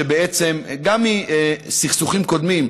גם מסכסוכים קודמים,